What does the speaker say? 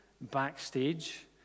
backstage